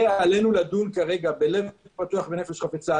ועלינו לדון כרגע בלב פתוח ובנפש חפצה,